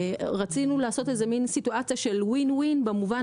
ורצינו לעשות סיטואציה של WIN WIN במובן